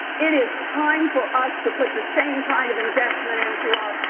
it is time for us to put the same kind of investment into